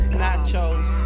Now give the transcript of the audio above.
nachos